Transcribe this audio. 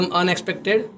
unexpected